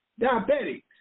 Diabetics